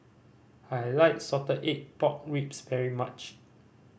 I like salted egg pork ribs very much